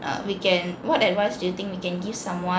uh we can what advice do you think we can give someone